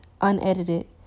unedited